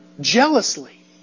jealously